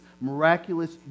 miraculous